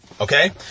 Okay